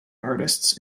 artists